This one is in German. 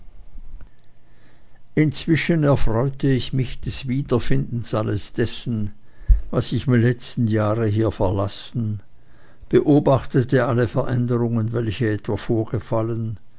inzwischen erfreute ich mich des wiederfindens alles dessen was ich im letzten jahre hier verlassen beobachtete alle veränderungen welche etwa vorgefallen